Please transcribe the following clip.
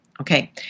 okay